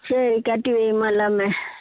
சரி கட்டி வையும்மா எல்லாமே